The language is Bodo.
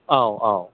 औ औ